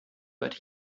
but